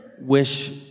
wish